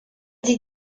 sie